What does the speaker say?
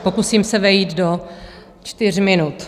Pokusím se vejít do čtyř minut.